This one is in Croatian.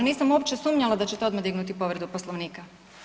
Nisam uopće sumnjala da ćete odmah dignuti povredu Poslovnika.